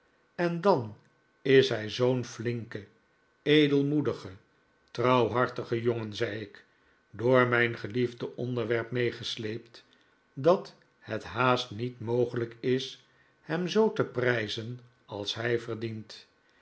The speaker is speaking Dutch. en dan is hij zoo'n flinke edelmoedige trouwhartige jongen zei ik door mijn geliefde onderwerp meegesleept dat het haast niet mogelijk is hem zoo te prijzen als hij verdient